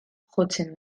jotzen